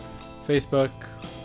Facebook